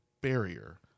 barrier